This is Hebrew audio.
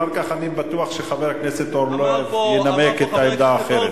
אחר כך אני בטוח שחבר הכנסת אורלב ינמק את העמדה האחרת.